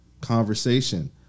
conversation